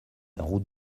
route